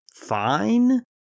Fine